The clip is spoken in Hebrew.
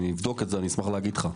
אני אבדוק את זה, אני אשמח להגיד לך.